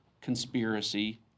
conspiracy